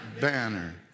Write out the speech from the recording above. banner